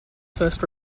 first